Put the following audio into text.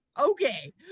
Okay